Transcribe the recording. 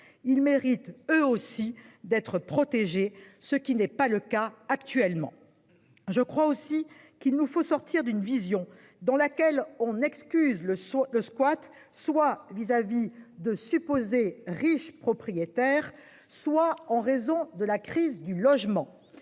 Ils méritent eux aussi d'être protégées. Ce qui n'est pas le cas actuellement. Je crois aussi qu'il nous faut sortir d'une vision dans laquelle on excuse le saut le squat soit vis-à-vis de supposés riches propriétaires. Soit en raison de la crise du logement.